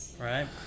Right